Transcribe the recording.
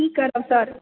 की करब सर